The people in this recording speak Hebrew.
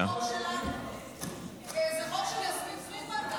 זה חוק של יסמין פרידמן.